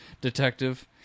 detective